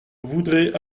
voudrait